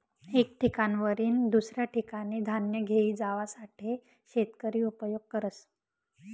एक ठिकाणवरीन दुसऱ्या ठिकाने धान्य घेई जावासाठे शेतकरी उपयोग करस